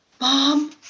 Mom